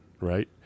right